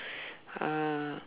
uh